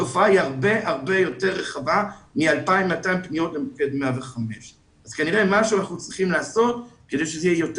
התופעה היא הרבה יותר רחבה מ-2,200 פניות למוקד 105. כנראה משהו אנחנו צריכים לעשות כדי שזה יהיה יותר